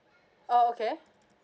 oh okay